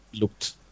looked